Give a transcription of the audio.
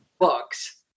books